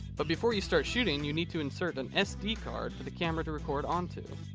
but, before you start shooting you need to insert an sd card for the camera to record onto.